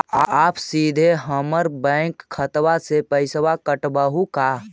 आप सीधे हमर बैंक खाता से पैसवा काटवहु का?